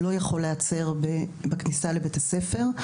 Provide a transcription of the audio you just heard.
לא יכול להיעצר בכניסה לבית הספר.